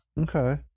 okay